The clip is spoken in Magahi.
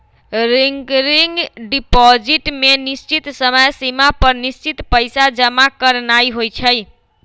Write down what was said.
रिकरिंग डिपॉजिट में निश्चित समय सिमा पर निश्चित पइसा जमा करानाइ होइ छइ